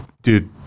Dude